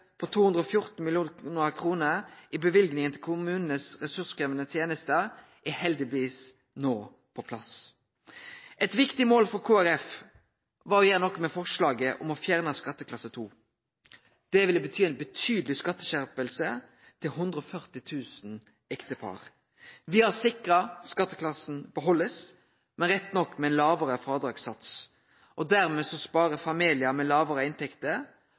dei 214 mill. kr som blei kutta i løyvinga til kommunanes ressurskrevjande tenester, er heldigvis nå på plass. Eit viktig mål for Kristeleg Folkeparti var å gjere noko med forslaget om å fjerne skatteklasse 2. Det ville bety ei betydeleg skatteskjerping for 140 000 ektepar. Me har sikra at ein beheld skatteklassen – men rett nok med ein lågare frådragssats – og dermed sparar me familiar med lågare inntekter